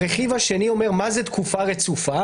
הרכיב השני אומר: מה זה תקופה רצופה?